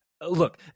Look